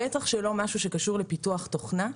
בטח שלא משהו שקשור לפיתוח תוכנה.